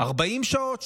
40 שעות,